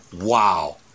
Wow